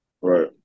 Right